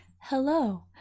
hello